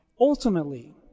ultimately